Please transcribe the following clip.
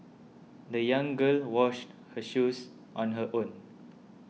the young girl washed her shoes on her own